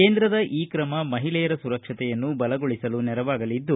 ಕೇಂದ್ರದ ಈ ಕ್ರಮ ಮಹಿಳೆಯರ ಸುರಕ್ಷತೆಯನ್ನು ಬಲಗೊಳಿಸಲು ನೆರವಾಗಲಿದ್ದು